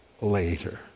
later